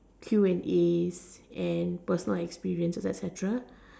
Q and a and personal experiences etcetera